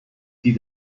die